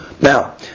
Now